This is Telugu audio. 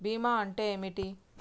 బీమా అంటే ఏమిటి?